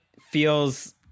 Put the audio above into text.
feels